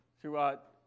throughout